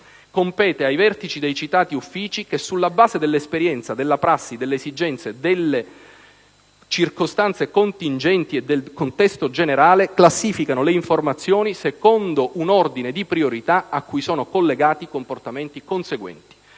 compete ai vertici dei citati uffici che, sulla base dell'esperienza, della prassi, delle esigenze, delle circostanze contingenti e del contesto generale, classificano le informazioni secondo un ordine di priorità a cui sono collegati comportamenti conseguenti.